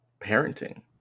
parenting